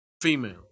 female